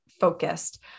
focused